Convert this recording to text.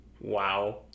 Wow